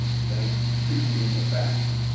then shoot me in the back.